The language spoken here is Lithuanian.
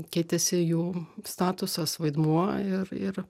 keitėsi jų statusas vaidmuo ir ir